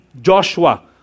Joshua